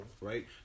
Right